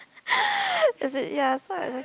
as in ya so I